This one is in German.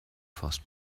faust